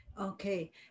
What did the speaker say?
Okay